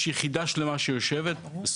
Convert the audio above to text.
יחידה שלמה שיושבת על הרוצח או על שולחיו,